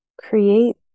create